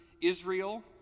Israel